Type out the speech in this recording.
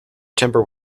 timber